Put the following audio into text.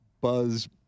Buzz